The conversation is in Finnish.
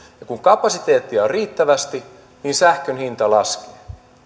ja kun kapasiteettia on riittävästi niin sähkön hinta laskee